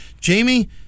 Jamie